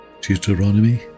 Deuteronomy